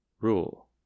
Rule